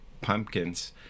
pumpkins